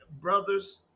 brothers